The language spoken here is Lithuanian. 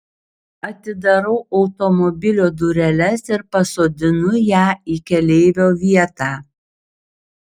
atidarau automobilio dureles ir pasodinu ją į keleivio vietą